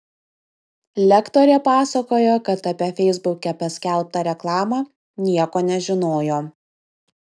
lektorė pasakojo kad apie feisbuke paskelbtą reklamą nieko nežinojo